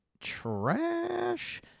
trash